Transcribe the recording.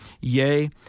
Yea